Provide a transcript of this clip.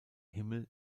himmel